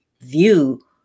view